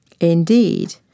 Indeed